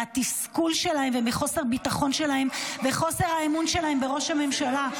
מהתסכול שלהם ומחוסר הביטחון שלהם וחוסר האמון שלהם בראש הממשלה.